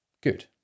good